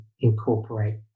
incorporate